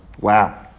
Wow